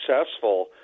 successful